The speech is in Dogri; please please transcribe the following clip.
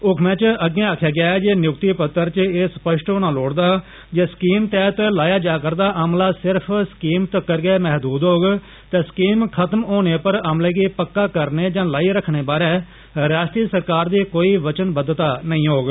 हुक्म च अग्गै आखेआ गेआ ऐ जे नियुक्रिी पत्र च एह स्पष्ट होना लोड़चदा जे स्कीम तैहत लाया जा रदा अमला सिर्फ स्कीम तगर गै महदूद होग ते स्कीम खत्म होने पर अमले गी पक्का करने जा लाई रखने बारै रियासती सरकार दी कोई बचनबद्वता नेंई होग